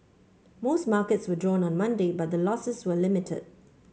most markets were down on Monday but the losses were limited